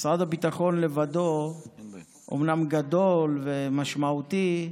משרד הביטחון לבדו אומנם גדול ומשמעותי,